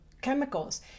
chemicals